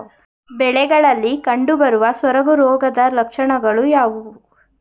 ಬೆಳೆಗಳಲ್ಲಿ ಕಂಡುಬರುವ ಸೊರಗು ರೋಗದ ಲಕ್ಷಣಗಳು ಯಾವುವು?